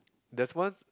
there's one